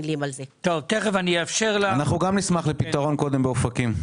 אנחנו נשמח קודם לפתרון באופקים.